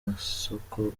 masoko